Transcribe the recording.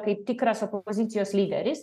kaip tikras opozicijos lyderis